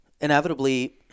inevitably